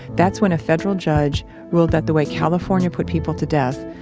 that's when a federal judge ruled that the way california put people to death,